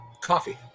coffee